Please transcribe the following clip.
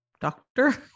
doctor